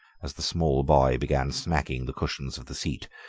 as the small boy began smacking the cushions of the seat,